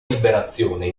liberazione